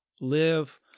live